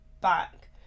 back